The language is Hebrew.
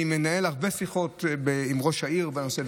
אני מנהל הרבה שיחות עם ראש העיר בנושא,